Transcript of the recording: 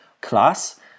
class